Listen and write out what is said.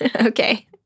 Okay